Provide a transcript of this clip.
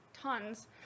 tons